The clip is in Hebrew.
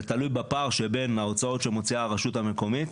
זה תלוי בפער שבין ההוצאות שמוציאה הרשות המקומית,